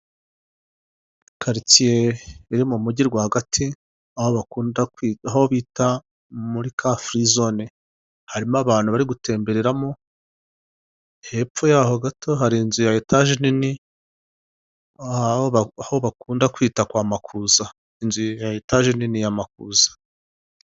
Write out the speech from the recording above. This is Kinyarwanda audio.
Karitsiye iri mu mujyi rwagati aho bita muri Car free zone harimo abantu bari gutembereramo, hepfo yaho gato hari inzu ya etaje nini aho bakunda kwita kwa Makuza, inzu ya etaje nini ya Makuza.